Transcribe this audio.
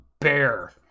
bear